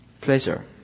Pleasure